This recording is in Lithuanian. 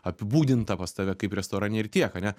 apibūdinta pas tave kaip restorane ir tiek ane